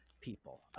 people